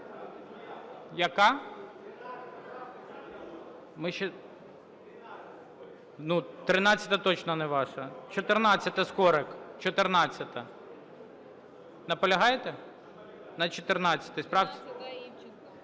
Ну, 13-а точно не ваша. 14-а, Скорик. 14-а. Наполягаєте на 14-й правці?